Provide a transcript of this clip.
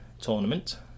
tournament